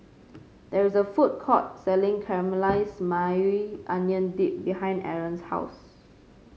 there is a food court selling Caramelize Maui Onion Dip behind Arron's house